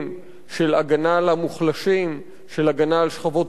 של הגנה על המוחלשים, של הגנה על שכבות הביניים,